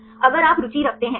अगर आप रुचि रखते हूं